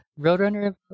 roadrunner